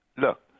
Look